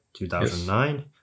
2009